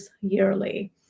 yearly